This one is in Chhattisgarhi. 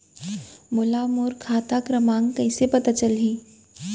मोला मोर खाता क्रमाँक कइसे पता चलही?